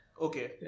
Okay